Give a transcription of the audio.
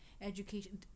Education